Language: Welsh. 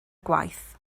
gwaith